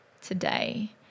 today